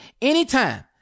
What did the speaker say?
anytime